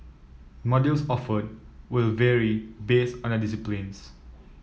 modules offered will vary based on their disciplines